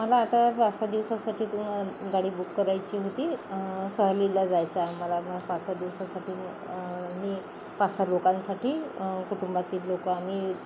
मला आता पाच सहा दिवसासाठी तू गाडी बुक करायची होती सहलीला जायचं आहे मला पाच सहा दिवसासाठी मी पाच सहा लोकांसाठी कुटुंबातील लोकं आम्ही